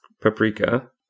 Paprika